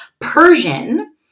Persian